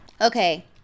Okay